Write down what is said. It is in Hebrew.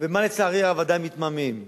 ועם מה, לצערי הרב, עדיין מתמהמהים.